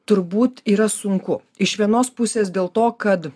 turbūt yra sunku iš vienos pusės dėl to kad